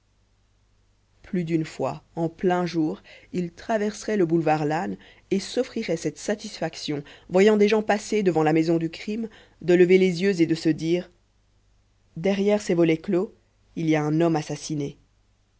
plus d'une fois en plein jour il traverserait le boulevard lannes et s'offrirait cette satisfaction voyant des gens passer devant la maison du crime de lever les yeux et de se dire derrière ces volets clos